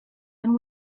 and